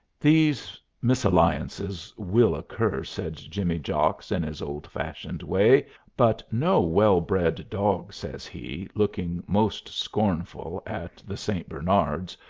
these misalliances will occur, said jimmy jocks, in his old-fashioned way but no well-bred dog, says he, looking most scornful at the st. bernards,